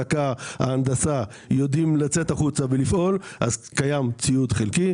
ההנדסה יוכלו לצאת החוצה ולפעול קיים ציוד חלקי.